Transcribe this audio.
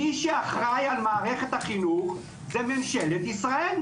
מי שאחראי על מערכת החינוך זה ממשלת ישראל,